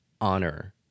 honor